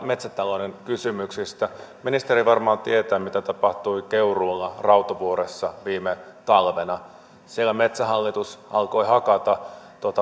metsätalouden kysymyksistä ministeri varmaan tietää mitä tapahtui keuruulla rautovuoressa viime talvena siellä metsähallitus alkoi hakata